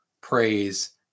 praise